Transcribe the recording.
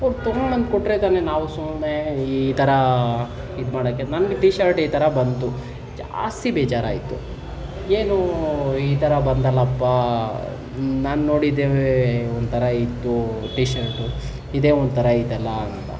ಅವರು ತಗೊಂಬಂದು ಕೊಟ್ಟರೆ ತಾನೇ ನಾವು ಸುಮ್ಮನೆ ಈ ಥರ ಇದು ಮಾಡಕ್ಕೆ ನನ್ಗೆ ಟಿ ಶರ್ಟ್ ಈ ಥರ ಬಂತು ಜಾಸ್ತಿ ಬೇಜಾರಾಯಿತು ಏನು ಈ ಥರ ಬಂತಲ್ಲಪ್ಪಾ ನಾನು ನೋಡಿದ್ದೇ ಒಂಥರ ಇತ್ತು ಟಿ ಶರ್ಟು ಇದೇ ಒಂಥರ ಐತಲ್ಲ ಅಂತ